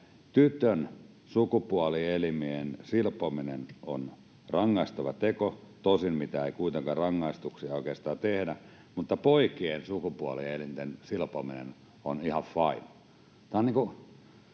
tytön sukupuolielimien silpominen on rangaistava teko — tosin mitään rangaistuksia ei kuitenkaan oikeastaan tehdä — mutta poikien sukupuolielinten silpominen on ihan fine?